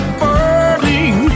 burning